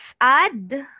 add